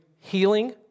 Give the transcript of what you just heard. healing